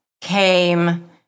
came